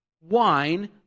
wine